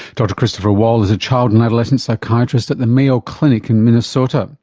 dr christopher wall is a child and adolescent psychiatrist at the mayo clinic in minnesota.